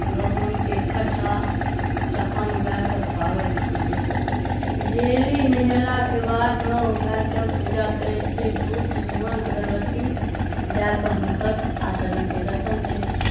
गहूॅंमके खटहा तखन ओ गायके खुआबै छियै हमसब डेली नहेलाके बादमे ओ गायके पूजा करै छियै धूप धूमन अगरबत्ती दै के हुनकर आचरणके दर्शन करै छियै